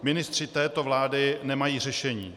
Ministři této vlády nemají řešení.